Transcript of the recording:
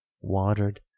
watered